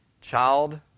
child